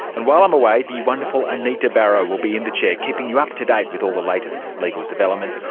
and while i'm away the wonderful anita barraud will be in the chair, keeping you up-to-date with all the latest legal developments.